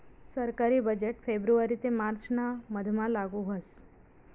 सरकारी बजेट फेब्रुवारी ते मार्च ना मधमा लागू व्हस